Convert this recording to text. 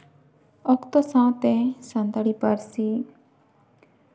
ᱚᱠᱛᱚ ᱥᱟᱶᱛᱮ ᱥᱟᱱᱛᱟᱲᱤ ᱯᱟᱹᱨᱥᱤ